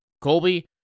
Colby